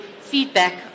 feedback